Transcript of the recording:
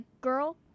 girl